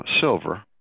silver